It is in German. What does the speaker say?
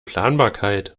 planbarkeit